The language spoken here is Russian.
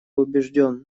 убежден